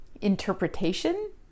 interpretation